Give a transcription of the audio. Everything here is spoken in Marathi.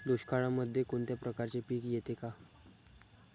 दुष्काळामध्ये कोणत्या प्रकारचे पीक येते का?